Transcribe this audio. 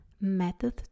method